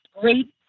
Great